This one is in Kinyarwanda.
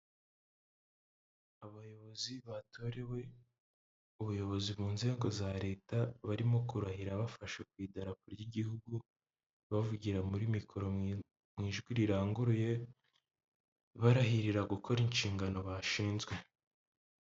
Abayobozi batorewe ubuyobozi mu nzego za Leta barimo kurahira bafasha ku idarapo ry'igihugu bavugira muri mikoro mu ijwi riranguruye barahirira gukora inshingano bashinzwe.